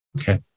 Okay